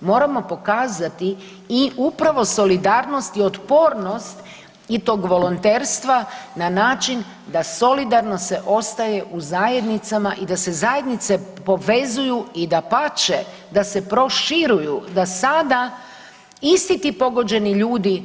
Moramo pokazati i upravo solidarnost i otpornost i tog volonterstva na način da solidarno se ostaje u zajednicama i da se zajednice povezuju i dapače, da se proširuju, da sada isti ti pogođeni ljudi